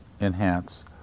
enhance